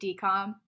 decom